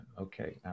Okay